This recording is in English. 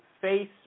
face